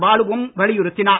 பாலு வும் வலியுறுத்தினார்